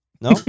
No